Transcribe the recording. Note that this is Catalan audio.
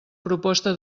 proposta